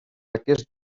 aquest